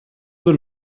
del